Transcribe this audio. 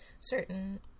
certain